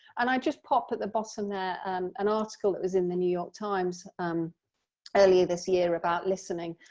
and i just popped at the bottom there an article that was in the new york times um earlier this year about listening,